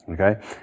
okay